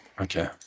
Okay